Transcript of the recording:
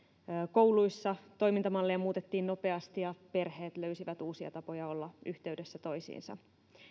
kouluissa toimintamalleja muutettiin nopeasti ja perheet löysivät uusia tapoja olla yhteydessä toisiinsa